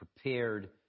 prepared